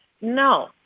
No